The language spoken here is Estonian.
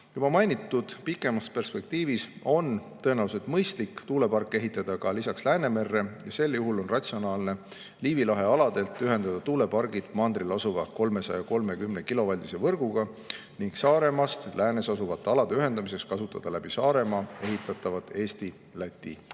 Juba mainitud pikemas perspektiivis on tõenäoliselt mõistlik ehitada tuulepark ka lisaks Läänemerre ja sel juhul on ratsionaalne Liivi lahe aladel ühendada tuulepargid mandril asuva 330-kilovoldise võrguga ning Saaremaast läänes asuvate alade ühendamiseks kasutada läbi Saaremaa ehitatavat Eesti–Läti